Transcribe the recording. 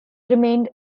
remained